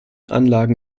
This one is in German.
anlagen